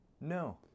No